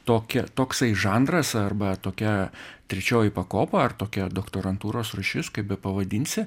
tokia toksai žanras arba tokia trečioji pakopa ar tokia doktorantūros rūšis kaip bepavadinsi